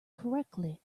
correctly